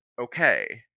okay